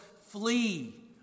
flee